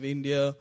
India